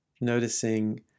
noticing